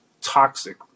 toxic